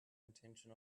intention